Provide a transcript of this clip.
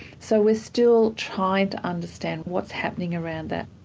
so we're still trying to understand what's happening around that.